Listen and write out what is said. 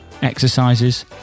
exercises